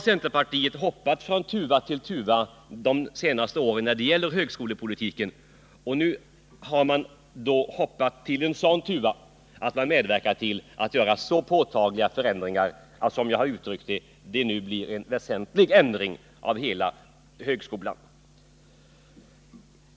Centerpartiet har hoppat från tuva till tuva de senaste åren när det gäller högskolepolitiken, och nu har man intagit en ståndpunkt genom vilken man medverkar till så påtagliga åtgärder att det, som jag har uttryckt det, blir en väsentlig förändring av hela högskolan.